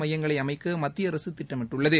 மையங்களை அமைக்க மத்திய அரசு திட்டமிட்டுள்ளது